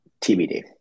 tbd